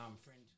friend